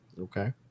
Okay